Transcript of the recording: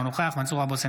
אינו נוכח מנסור עבאס,